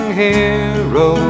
hero